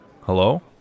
Hello